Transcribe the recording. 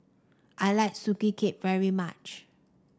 I like Sugee Cake very much